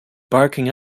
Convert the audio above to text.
barking